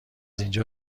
اینجا